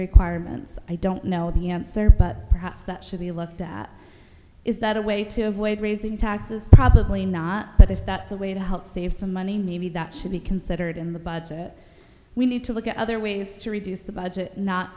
requirements i don't know the answer but perhaps that should be looked at is that a way to avoid raising taxes probably not but if that's a way to help save some money maybe that should be considered in the budget we need to look at other ways to reduce the budget not